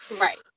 Right